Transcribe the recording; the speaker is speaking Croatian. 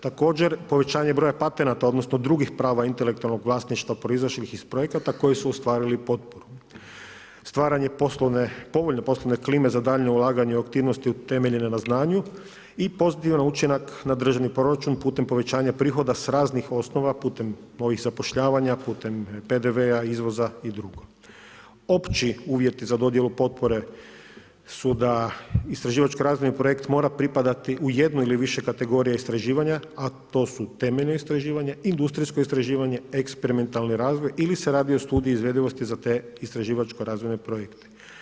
Također, povećanje broja patenata odnosno drugih prava intelektualnog vlasništva proizašlih iz projekata koji su ostvarili stvaranje povoljne poslovne klime za daljnje ulaganje u aktivnosti utemeljene na znanju i pozitivan učinak na državni proračun putem povećanja prihoda s raznih osnova putem novih zapošljavanja, putem PDV-a, izvoza i dr. Opći uvjeti za dodjelu potpore su da istraživačko-razvojni projekt mora pripadati u jednoj ili više kategorija istraživanja a to su temeljna istraživanja, industrijsko istraživanje, eksperimentalni razvoj ili se radi o studiji izvedivosti za te istraživačko-razvojne projekte.